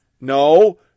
No